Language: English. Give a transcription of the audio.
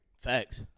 Facts